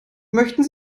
möchten